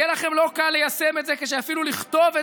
יהיה לכם לא קל ליישם את זה כשאפילו לכתוב את